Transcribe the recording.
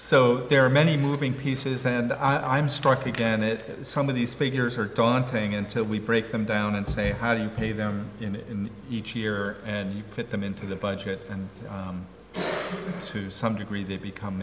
so there are many moving pieces and i'm struck again it some of these figures are daunting until we break them down and say how do you pay them in each year and you fit them into the budget and to some degree they become